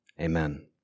amen